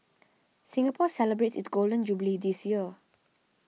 Singapore celebrates its Golden Jubilee this year